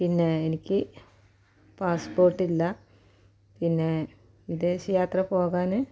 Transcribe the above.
പിന്നെ എനിക്ക് പാസ്പോർട്ടില്ല പിന്നെ വിദേശ യാത്ര പോകാന്